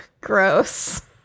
Gross